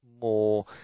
more